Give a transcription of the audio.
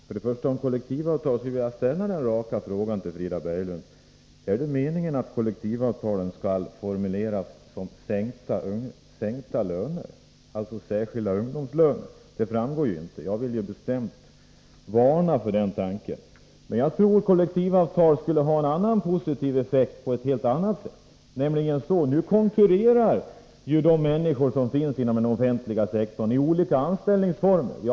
Fru talman! Jag skulle vilja ställa denna raka fråga till Frida Berglund om kollektivavtal: Är det meningen att kollektivavtalen skall formuleras som sänkta löner, alltså som särskilda ungdomslöner? Det framgår inte av texten. Jag vill bestämt varna för den tanken. Jag tror att kollektivavtal skulle ha en positiv effekt på ett helt annat sätt. Nu konkurrerar de människor som är sysselsatta inom den offentliga sektorn i olika anställningsformer.